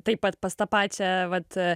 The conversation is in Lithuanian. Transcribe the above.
taip pat pas tą pačią vat